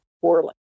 poorly